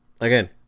Again